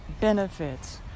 benefits